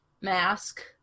mask